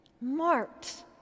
marked